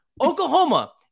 Oklahoma